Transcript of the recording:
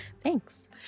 Thanks